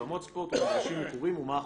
אולמות ספורט ומגרשים מקורים ומה החוסרים".